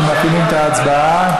אנחנו מפעילים את ההצבעה.